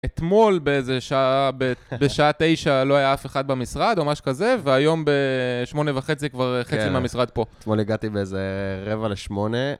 אתמול באיזה שעה, בשעה תשע לא היה אף אחד במשרד או משהו כזה, והיום בשמונה וחצי, כבר חצי מהמשרד פה. אתמול הגעתי באיזה רבע לשמונה.